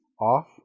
off